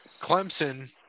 Clemson